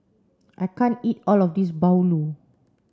I can't eat all of this Bahulu